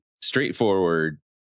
straightforward